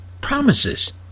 promises